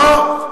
לא.